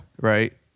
Right